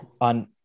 On